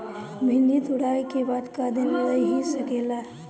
भिन्डी तुड़ायी के बाद क दिन रही सकेला?